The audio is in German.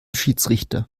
schiedsrichter